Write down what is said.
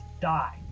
die